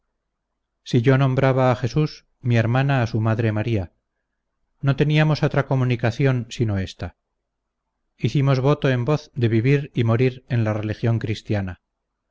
si yo nombraba a jesús mi hermana a su madre maría no teníamos otra comunicación sino esta hicimos voto en voz de vivir y morir en la religión cristiana